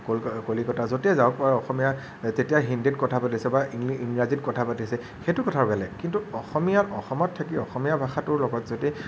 কলিকতা য'তেই যাওঁক অসমীয়া তেতিয়া হিন্দীত কথা পাতিছে বা ইংৰাজীত কথা পাতিছে সেইটো কথাও বেলেগ কিন্তু অসমীয়া অসমত থাকি অসমীয়া ভাষাটোৰ লগত যদি